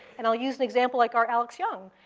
and i'll use an example like our alex young,